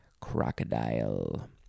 Crocodile